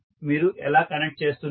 మీరు ఎలా కనెక్ట్ చేస్తున్నారు